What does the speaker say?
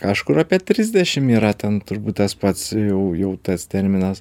kažkur apie trisdešim yra ten turbūt tas pats jau jau tas terminas